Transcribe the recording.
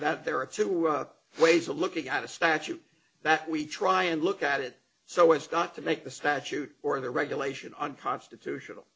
that there are two ways of looking at a statute that we try and look at it so as not to make the statute or the regulation unconstitutional